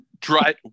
Dry